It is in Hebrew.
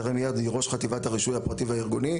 היא ראש חטיבת הרישוי הפרטי והארגוני.